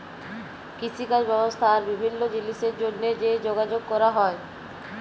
কিষিকাজ ব্যবসা আর বিভিল্ল্য জিলিসের জ্যনহে যে যগাযগ ক্যরা হ্যয়